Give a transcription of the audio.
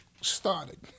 started